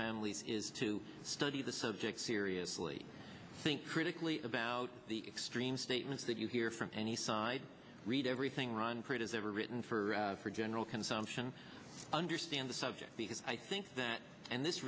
families is to study the subject seriously think critically about the extreme statements that you hear from any side read everything run critters ever written for general consumption understand the subject because i think that and this